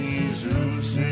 Jesus